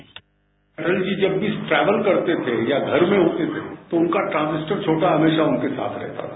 bite Atal ji जब भी travel करते थे या घर में होते थे तो उनका ट्रांजिस्टर छोटा हमेशा उनके साथ रहता था